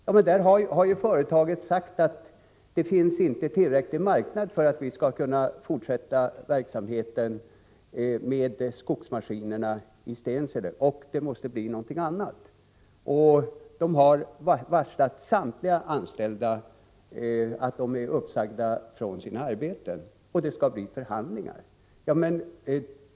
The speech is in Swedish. Företaget har sagt, att det inte finns en tillräcklig marknad för att det skall vara möjligt att fortsätta verksamheten med skogsmaskiner i Stensele, utan att det måste bli något annat. Samtliga anställda är varslade om uppsägning från sina arbeten, och det skall bli förhandling.